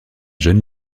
jeune